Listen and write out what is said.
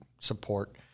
support